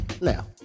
Now